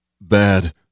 Bad